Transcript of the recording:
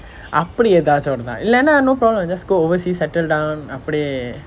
அப்படி ஏதாச்சும் இருந்தா இல்லைனா:appadi aethaachum irunthaa illainaa no problem just go overseas settle down அப்படியே:appadiye